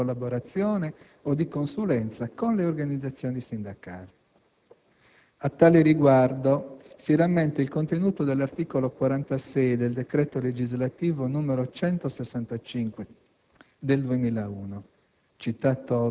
né abbia rapporti continuativi di collaborazione o di consulenza con le organizzazioni sindacali. A tale riguardo, si rammenta il contenuto dell'articolo 46 del decreto legislativo n. 165